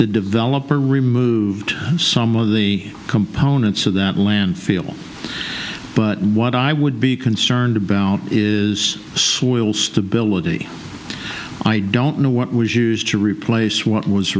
developer removed some of the components of that land feel but what i would be concerned about is soil stability i don't know what was used to replace what was